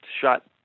shot